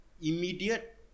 immediate